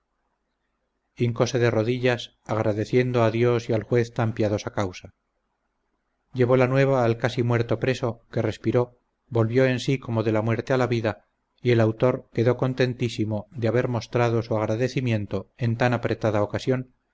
pecado hincose de rodillas agradeciendo a dios y al juez tan piadosa causa llevó la nueva al casi muerto preso que respiró volvió en sí como de la muerte a la vida y el autor quedó contentísimo de haber mostrado su agradecimiento en tan apretada ocasión